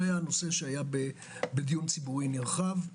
זה היה בדיון ציבורי נרחב,